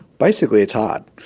basically it's hard,